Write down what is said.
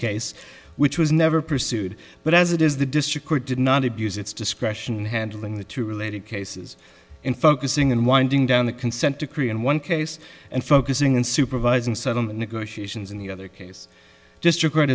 case which was never pursued but as it is the district court did not abuse its discretion in handling the true related cases in focusing and winding down the consent decree in one case and focusing in supervising settlement negotiations in the other case dis